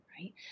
right